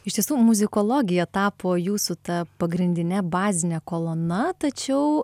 iš tiesų muzikologija tapo jūsų ta pagrindine bazine kolona tačiau